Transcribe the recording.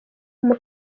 kenya